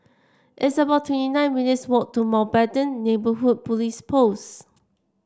it's about twenty nine minutes' walk to Mountbatten Neighbourhood Police Post